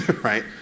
right